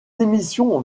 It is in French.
émissions